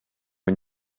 une